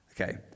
Okay